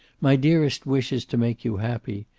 my dearest wish is to make you happy.